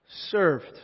served